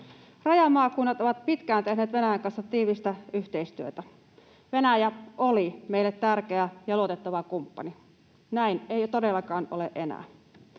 Rajamaakunnat ovat pitkään tehneet Venäjän kanssa tiivistä yhteistyötä. Venäjä oli meille tärkeä ja luotettava kumppani. Näin ei todellakaan ole enää.